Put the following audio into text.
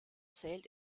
zählt